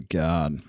god